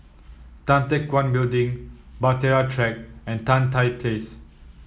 Tan Teck Guan Building Bahtera Track and Tan Tye Place